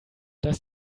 dass